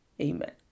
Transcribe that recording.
amen